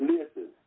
Listen